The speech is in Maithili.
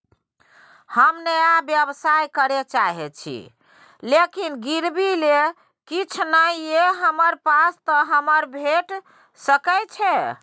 हम नया व्यवसाय करै चाहे छिये लेकिन गिरवी ले किछ नय ये हमरा पास त हमरा भेट सकै छै?